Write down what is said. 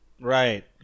Right